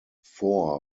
four